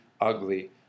ugly